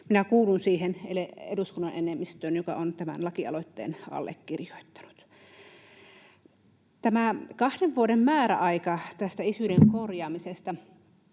siihen eduskunnan enemmistöön, joka on tämän lakialoitteen allekirjoittanut. Tämä kahden vuoden määräaika tässä isyyden korjaamisessa